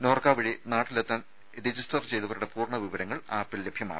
നോർക്ക വഴി നാട്ടിലെത്താൻ രജിസ്റ്റർ ചെയ്തവരുടെ പൂർണ്ണ വിവരങ്ങൾ ആപ്പിൽ ലഭ്യമാണ്